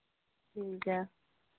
ठीक ऐ